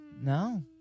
No